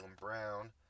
Brown